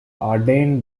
ordained